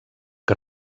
que